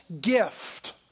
gift